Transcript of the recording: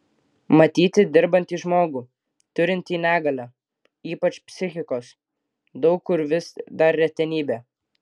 matyti dirbantį žmogų turintį negalią ypač psichikos daug kur vis dar retenybė